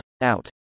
out